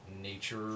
nature